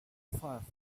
firefox